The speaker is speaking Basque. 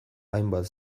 hainbat